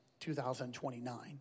2029